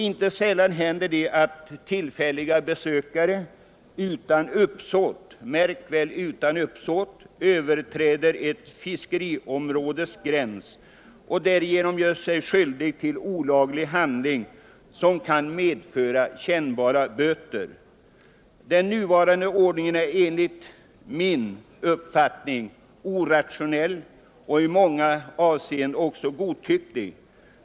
Inte sällan händer det att tillfälliga besökare utan uppsåt — märk väl utan uppsåt — överträder ett fiskeområdes gräns och därigenom gör sig skyldiga till olaglig handling, som kan medföra kännbara böter. Den nuvarande ordningen är enligt min uppfattning orationell och i många avseenden godtycklig.